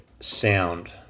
Sound